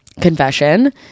confession